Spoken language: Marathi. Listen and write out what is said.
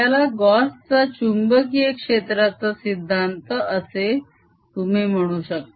त्याला गॉस चा चुंबकीय क्षेत्राचा सिद्धांत Gauss's law असे तुम्ही म्हणू शकता